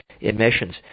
emissions